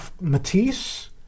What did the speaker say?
Matisse